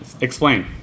Explain